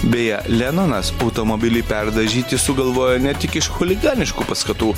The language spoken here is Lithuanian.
beje lenonas automobilį perdažyti sugalvojo ne tik iš chuliganiškų paskatų